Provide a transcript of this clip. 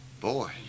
Boy